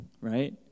right